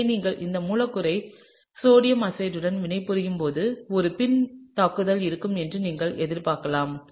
எனவே நீங்கள் இந்த மூலக்கூறை சோடியம் அசைடுடன் வினைபுரியும் போது ஒரு பின் தாக்குதல் இருக்கும் என்று நீங்கள் எதிர்பார்க்கலாம்